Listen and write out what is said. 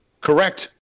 Correct